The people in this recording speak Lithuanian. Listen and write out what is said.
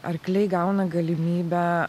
arkliai gauna galimybę